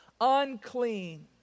Unclean